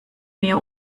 mir